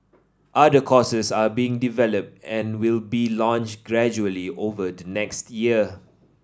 other courses are being developed and will be launched gradually over the next year